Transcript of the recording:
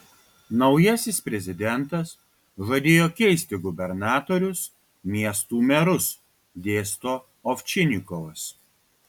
naujasis prezidentas žadėjo keisti gubernatorius miestų merus dėsto ovčinikovas